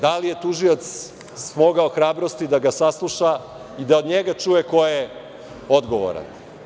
Da li je tužilac smogao hrabrosti da ga sasluša i da od njega čuje ko je odgovoran.